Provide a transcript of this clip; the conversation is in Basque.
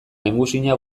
lehengusina